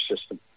system